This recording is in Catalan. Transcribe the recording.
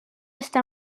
està